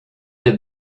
did